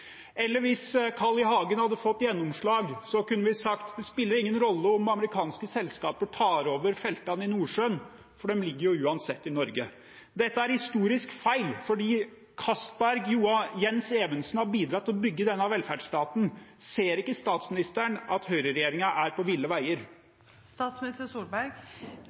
Eller hvis Carl I. Hagen hadde fått gjennomslag, kunne en sagt: Det spiller ingen rolle om amerikanske selskaper tar over feltene i Nordsjøen, for de ligger jo uansett i Norge. Dette er historisk feil, for Castberg og Jens Evensen har bidratt til å bygge denne velferdsstaten. Ser ikke statsministeren at Høyre-regjeringen er på ville